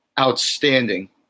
outstanding